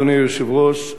אדוני היושב-ראש,